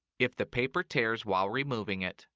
if the paper tears while removing it,